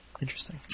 Interesting